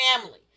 family